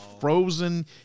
frozen